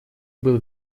был